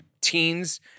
teens